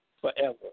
forever